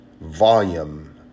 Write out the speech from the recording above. volume